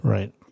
Right